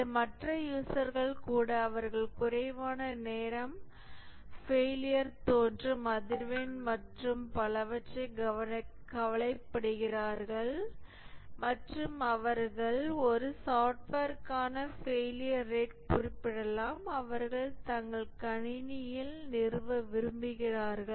மேலும் மற்ற யூசர்கள் கூட அவர்கள் குறைவான நேரம் ஃபெயிலியர் தோன்றும் அதிர்வெண் மற்றும் பலவற்றைப் பற்றி கவலைப்படுகிறார்கள் மற்றும் அவர்கள் ஒரு சாப்ட்வேர்க்கான ஃபெயிலியர் ரேட் குறிப்பிடலாம் அவர்கள் தங்கள் கணினிகளில் நிறுவ விரும்புகிறார்கள்